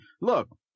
look